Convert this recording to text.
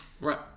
Right